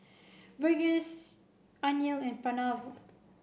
Verghese Anil and Pranav